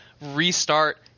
restart